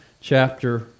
chapter